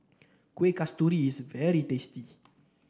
Kueh Kasturi is very tasty